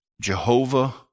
Jehovah